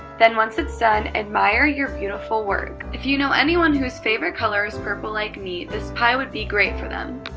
then once it's done, admire your beautiful work. if you know anyone whose favorite color is purple like me, this pie would be great for them.